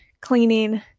cleaning